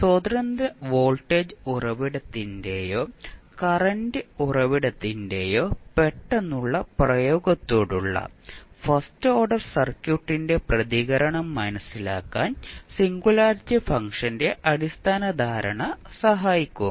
സ്വതന്ത്ര വോൾട്ടേജ് ഉറവിടത്തിന്റെയോ കറന്റ് ഉറവിടത്തിന്റെയോ പെട്ടെന്നുള്ള പ്രയോഗത്തോടുള്ള ഫസ്റ്റ് ഓർഡർ സർക്യൂട്ടിന്റെ പ്രതികരണം മനസിലാക്കാൻ സിംഗുലാരിറ്റി ഫംഗ്ഷന്റെ അടിസ്ഥാന ധാരണ സഹായിക്കും